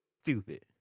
Stupid